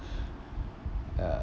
uh